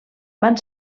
van